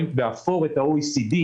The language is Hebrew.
ובאפור אתם רואים את ה-OECD,